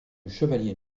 chevalier